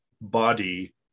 body